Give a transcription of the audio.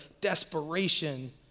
desperation